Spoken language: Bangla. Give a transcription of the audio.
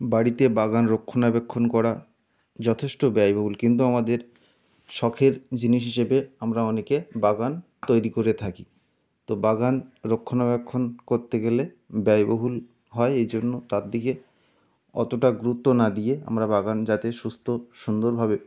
বাড়িতে বাগান রক্ষণাবেক্ষণ করা যথেষ্ট ব্যয়বহুল কিন্তু আমাদের শখের জিনিস হিসেবে আমরা অনেকে বাগান তৈরি করে থাকি তো বাগান রক্ষণাবেক্ষণ করতে গেলে ব্যয়বহুল হয় এই জন্য তার দিকে অতটা গুরুত্ব না দিয়ে আমরা বাগান যাতে সুস্থ সুন্দরভাবে